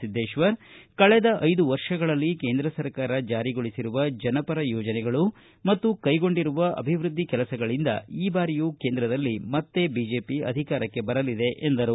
ಸಿದ್ಧೇಕ್ವರ ಕಳೆದ ಐದು ವರ್ಷಗಳಲ್ಲಿ ಕೇಂದ್ರ ಸರ್ಕಾರ ಜಾರಿಗೊಳಿಸಿರುವ ಜನಪರ ಯೋಜನೆಗಳು ಮತ್ತು ಕೈಗೊಂಡಿರುವ ಅಭಿವೃದ್ಧಿ ಕೆಲಸಗಳಿಂದ ಈ ಬಾರಿಯೂ ಕೇಂದ್ರದಲ್ಲಿ ಮತ್ತೆ ಬಿಜೆಪಿ ಅಧಿಕಾರಕ್ಕೆ ಬರಲಿದೆ ಎಂದರು